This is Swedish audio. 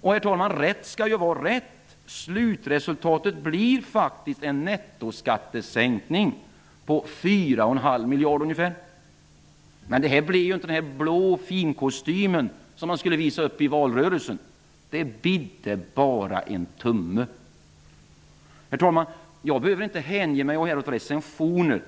Och rätt skall vara rätt, herr talman; slutresultatet blir faktiskt en nettoskattesänkning på ca 4,5 miljarder. Men det blev inte den blå finkostymen, som man skulle visa upp i valrörelsen -- det bidde bara en tumme. Herr talman! Jag behöver inte hänge mig åt recensioner.